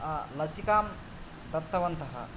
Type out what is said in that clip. लसिकां दत्तवन्तः